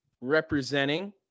representing